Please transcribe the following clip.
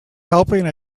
helping